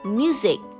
music